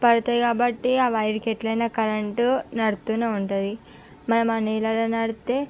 పడతాయి కాబట్టి ఆ వైర్కి ఎట్లైనా కరెంటు నడుస్తూనే ఉంటుంది మనం ఆ నీళ్ళల్లో నడిస్తే